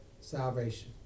salvation